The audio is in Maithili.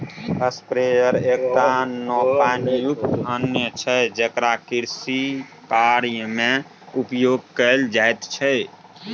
स्प्रेयर एकटा नोपानियुक्त यन्त्र छै जेकरा कृषिकार्यमे उपयोग कैल जाइत छै